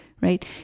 right